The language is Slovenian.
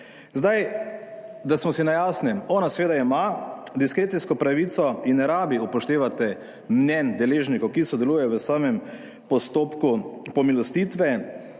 Zdaj, da smo si na jasnem ona seveda ima diskrecijsko pravico in ne rabi upoštevati mnenj deležnikov, ki sodelujejo v samem postopku pomilostitve.